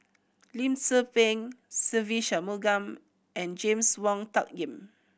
Lim Tze Peng Se Ve Shanmugam and James Wong Tuck Yim